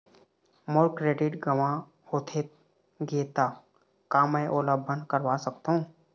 मोर credit गंवा होथे गे ता का मैं ओला बंद करवा सकथों?